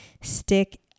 stick